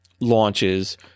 launches